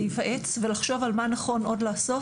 להיוועץ ולחשוב על מה נכון עוד לעשות